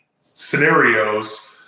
scenarios